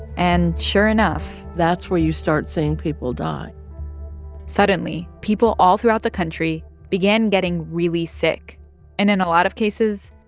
and sure enough. that's where you start seeing people die suddenly people all throughout the country began getting really sick and, in a lot of cases,